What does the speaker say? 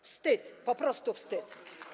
Wstyd, po prostu wstyd.